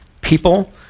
people